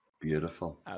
Beautiful